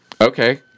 Okay